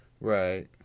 Right